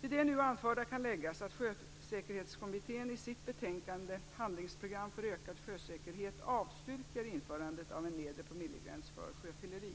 Till det nu anförda kan läggas att Sjösäkerhetskommittén i sitt betänkande Handlingsprogram för ökad sjösäkerhet avstyrker införandet av en nedre promillegräns för sjöfylleri.